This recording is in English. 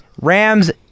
Rams